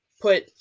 put